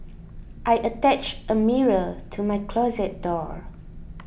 I attached a mirror to my closet door